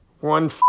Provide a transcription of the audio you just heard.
one